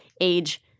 Age